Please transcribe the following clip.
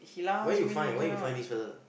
where you find where you find this fella